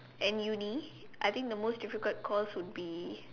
and uni I think the most difficult course would be